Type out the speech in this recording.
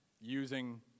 using